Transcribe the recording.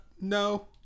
No